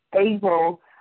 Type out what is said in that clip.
able